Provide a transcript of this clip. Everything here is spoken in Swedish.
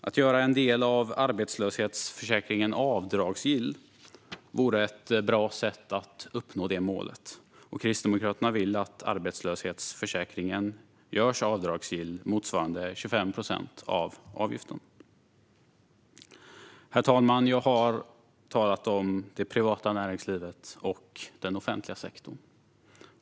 Att göra en del av arbetslöshetsförsäkringen avdragsgill vore ett bra sätt att uppnå det målet. Kristdemokraterna vill göra arbetslöshetsförsäkringen avdragsgill motsvarande 25 procent av avgiften. Herr talman! Jag har talat om det privata näringslivet och den offentliga sektorn.